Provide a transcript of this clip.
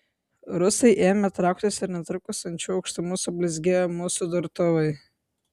rusai ėmė trauktis ir netrukus ant šių aukštumų sublizgėjo mūsų durtuvai